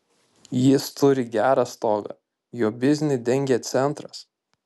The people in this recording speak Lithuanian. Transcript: jis turi gerą stogą jo biznį dengia centras